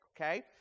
okay